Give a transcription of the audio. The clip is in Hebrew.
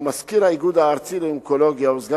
שהוא מזכיר האיגוד הארצי לאונקולוגיה וסגן